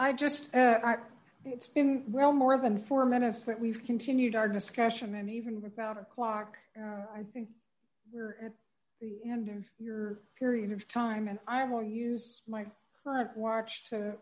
i just it's been well more than four minutes that we've continued our discussion and even rip out a clock i think we're at the end of your period of time and i will use my clock watch to